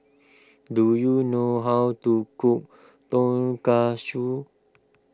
do you know how to cook Tonkatsu